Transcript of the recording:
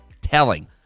Telling